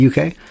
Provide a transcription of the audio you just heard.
uk